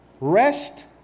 rest